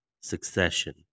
Succession